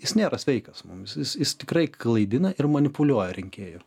jis nėra sveikas mums jis jis tikrai klaidina ir manipuliuoja rinkėju